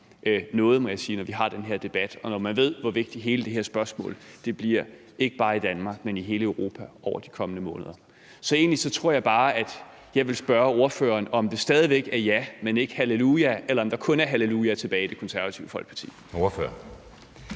noget, må jeg sige, når vi har den her debat, og når man ved, hvor vigtigt hele det her spørgsmål bliver, ikke bare i Danmark, men i hele Europa, over de kommende måneder. Så egentlig tror jeg bare, at jeg vil spørge ordføreren, om det stadig væk er ja, men ikke halleluja, eller om der kun er halleluja tilbage i Det Konservative Folkeparti. Kl.